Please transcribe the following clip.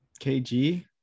KG